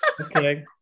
Okay